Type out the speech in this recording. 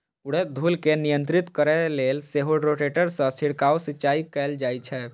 उड़ैत धूल कें नियंत्रित करै लेल सेहो रोटेटर सं छिड़काव सिंचाइ कैल जाइ छै